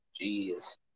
jeez